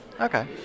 Okay